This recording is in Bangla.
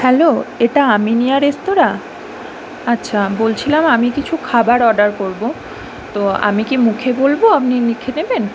হ্যালো এটা আমিনিয়া রেস্তোরাঁ আচ্ছা বলছিলাম আমি কিছু খাবার অর্ডার করব তো আমি কি মুখে বলব আপনি লিখে নেবেন